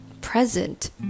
present